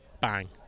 Bang